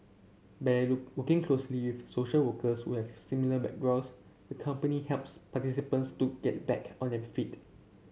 by working closely with social workers who have similar backgrounds the company helps participants get back on their feet